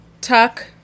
Tuck